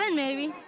and maybe.